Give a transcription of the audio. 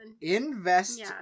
Invest-